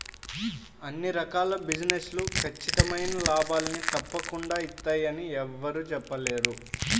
అన్ని రకాల బిజినెస్ లు ఖచ్చితమైన లాభాల్ని తప్పకుండా ఇత్తయ్యని యెవ్వరూ చెప్పలేరు